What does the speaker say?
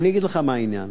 אני אגיד לך מה העניין.